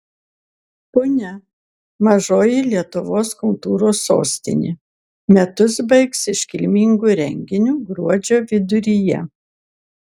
punia mažoji lietuvos kultūros sostinė metus baigs iškilmingu renginiu gruodžio viduryje